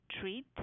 treat